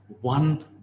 one